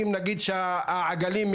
קיין בעבירות המנהליות.